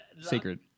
sacred